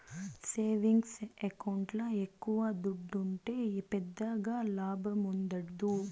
savings ఎకౌంట్ల ఎక్కవ దుడ్డుంటే పెద్దగా లాభముండదు